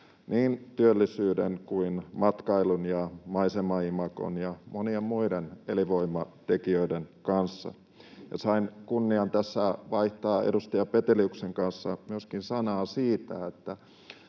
niin työllisyyden kuin matkailun ja maisemaimagon ja monien muiden elinvoimatekijöiden kannalta. Sain kunnian tässä vaihtaa edustaja Peteliuksen kanssa sanaa myöskin siitä,